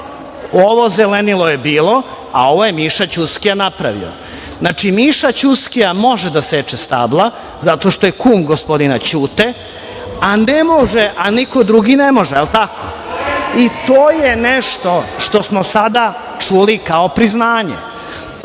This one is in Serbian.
Ovo zelenilo je bilo, a ovo je Miša Ćuskija napravio. Znači, Miša Ćuskija može da seče stabla zato što je kum gospodina Ćute, a niko drugi ne može, jel tako? I to je nešto što smo sada čuli kao priznanje.